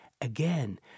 Again